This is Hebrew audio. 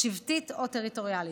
שבטית או טריטוריאלית,